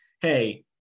hey